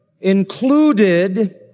included